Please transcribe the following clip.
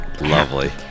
Lovely